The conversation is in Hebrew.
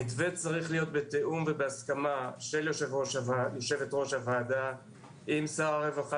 המתווה צריך להיות בתיאום ובהסכמה של יושבת-ראש הוועדה עם שר הרווחה